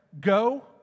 go